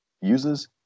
uses